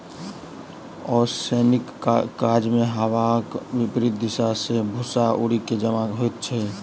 ओसौनीक काजमे हवाक विपरित दिशा मे भूस्सा उड़ि क जमा होइत छै